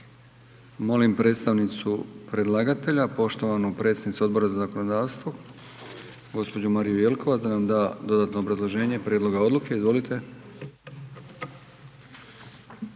Molim predstavnicu predlagatelja poštovanu predsjednicu Odbora za zakonodavstvo gđu. Mariju Jelkovac da nam da dodatno obrazloženje prijedloga odluke. Izvolite.